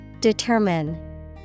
Determine